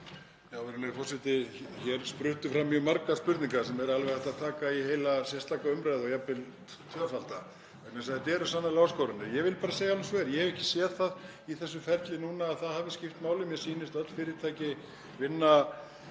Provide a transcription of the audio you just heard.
Hér spruttu fram mjög margar spurningar sem er alveg hægt að taka í heila sérstaka umræðu og jafnvel tvöfalda, vegna þess að þetta eru sannarlega áskoranir. En ég vil bara segja eins og er að ég hef ekki séð það í þessu ferli núna að það hafi skipt máli. Mér sýnist öll fyrirtæki vinna